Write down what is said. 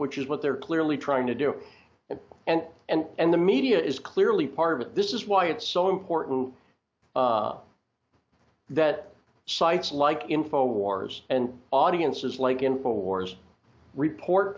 which is what they're clearly trying to do and and and and the media is clearly part of it this is why it's so important that sites like info wars and audiences like info wars report